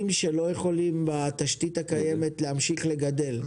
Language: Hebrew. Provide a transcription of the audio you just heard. שלא יכולים בתשתית הקיימת להמשיך לגדל,